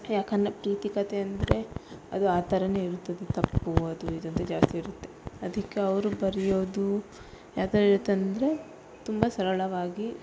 ಯಾಕಂದರೆ ಪ್ರೀತಿ ಕಥೆ ಅಂದರೆ ಅದು ಆ ಥರಾನೆ ಇರುತ್ತದೆ ತಪ್ಪು ಅದು ಇದು ಅಂತ ಜಾಸ್ತಿ ಇರುತ್ತೆ ಅದಕ್ಕೆ ಅವರು ಬರೆಯೋದು ಯಾವ ಥರ ಇರುತ್ತೆ ಅಂದರೆ ತುಂಬ ಸರಳವಾಗಿ